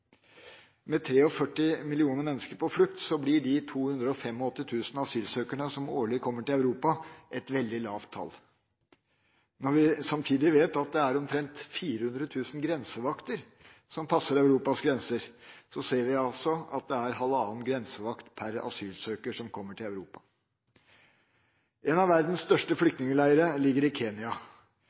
Med 43 millioner mennesker på flukt blir de 285 000 asylsøkerne som årlig kommer til Europa, et veldig lavt tall. Når vi samtidig vet at det er omtrent 400 000 grensevakter som passer på Europas grenser, ser vi at det er halvannen grensevakt per asylsøker som kommer til Europa. En av verdens største flyktningleire ligger i